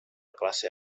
classe